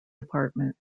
department